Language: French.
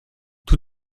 tout